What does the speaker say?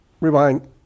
rewind